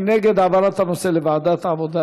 מי נגד העברת הנושא לוועדת העבודה,